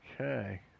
Okay